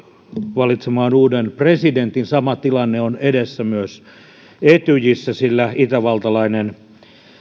valitsemaan uuden presidentin sama tilanne on edessä myös etyjissä sillä itävaltalainen